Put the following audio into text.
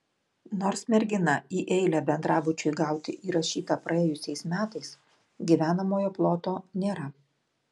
nors mergina į eilę bendrabučiui gauti įrašyta praėjusiais metais gyvenamojo ploto nėra